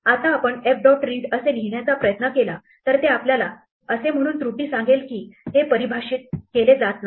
आता आपण f dot read असे लिहिण्याचा प्रयत्न केला तर ते आपल्याला असे म्हणून त्रुटी सांगेल की हे परिभाषित केले जात नाही